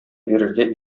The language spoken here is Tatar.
бирергә